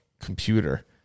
computer